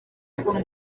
ati